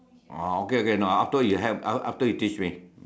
oh okay okay no after you have af~ after you teach me